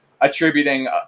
attributing